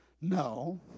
No